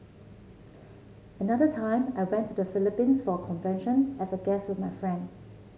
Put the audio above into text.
another time I went to the Philippines for a convention as a guest with my friend